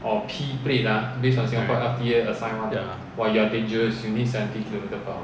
right ya